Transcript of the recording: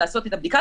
לעשות את הבדיקה,